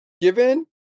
Given